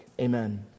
amen